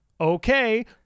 Okay